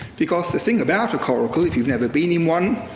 because the thing about a coracle, if you've never been in one,